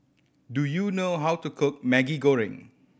do you know how to cook Maggi Goreng